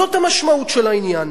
זאת המשמעות של העניין.